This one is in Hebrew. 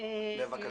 תבינו